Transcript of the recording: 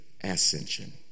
ascension